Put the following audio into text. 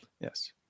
Yes